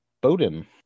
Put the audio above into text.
Bowden